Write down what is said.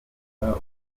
abanza